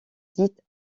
dite